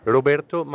Roberto